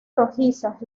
rojizas